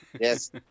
Yes